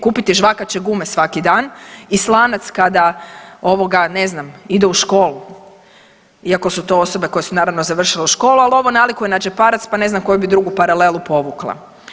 Kupiti žvakače gume svaki dan i slanac kada, ovoga, ne znam, ide u školu iako su to osobe koje su, naravno završile školu, ali ovo nalikuje na džeparac pa ne znam koju bi drugu paralelu povukla.